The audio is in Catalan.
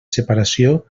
separació